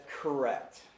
correct